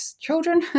children